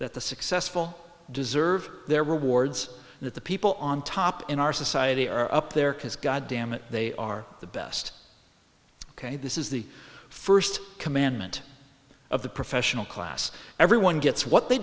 that the successful deserve their rewards that the people on top in our society are up there because god dammit they are the best ok this is the first commandment of the professional class everyone gets what they